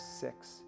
six